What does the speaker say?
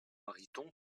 mariton